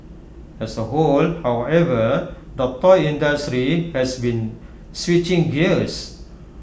as A whole however the toy industry has been switching gears